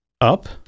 up